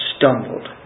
stumbled